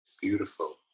beautiful